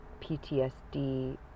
PTSD